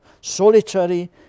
solitary